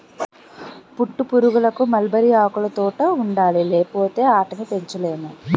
పట్టుపురుగులకు మల్బరీ ఆకులుతోట ఉండాలి లేపోతే ఆటిని పెంచలేము